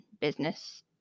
business